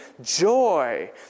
joy